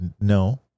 no